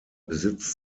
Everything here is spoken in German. besitzt